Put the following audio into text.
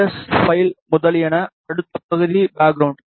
S file முதலியன அடுத்த பகுதி பேக்ரவுண்ட்